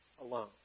alone